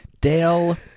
Dale